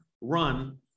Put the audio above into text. run